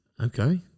Okay